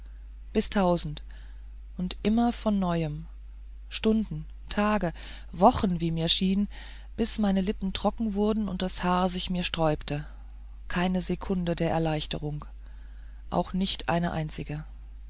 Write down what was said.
tausend und immer von neuem stunden tage wochen wie mir schien bis meine lippen trocken wurden und das haar sich mir sträubte keine sekunde der erleichterung auch nicht eine einzige